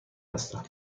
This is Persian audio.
هستم